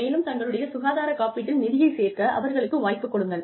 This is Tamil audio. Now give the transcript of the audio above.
மேலும் தங்களுடைய சுகாதார காப்பீட்டில் நிதியைச் சேர்க்க அவர்களுக்கு வாய்ப்பு கொடுங்கள்